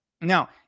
Now